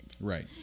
Right